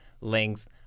links